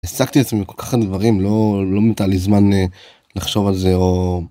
העסקתי את עצמי בכל כך הרבה דברים לא לא נותר לי זמן לחשוב על זה.